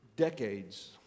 Decades